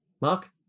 Mark